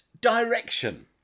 direction